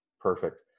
Perfect